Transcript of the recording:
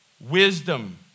wisdom